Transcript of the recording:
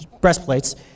breastplates